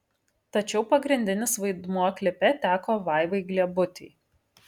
tačiau pagrindinis vaidmuo klipe teko vaivai gliebutei